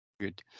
Good